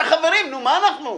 חברים, נו, מה אנחנו?